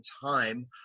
time